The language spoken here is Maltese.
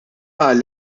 qal